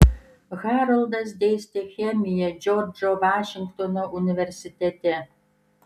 haroldas dėstė chemiją džordžo vašingtono universitete